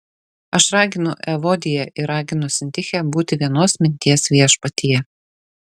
aš raginu evodiją ir raginu sintichę būti vienos minties viešpatyje